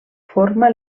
forma